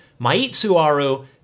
Maitsuaru